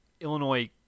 Illinois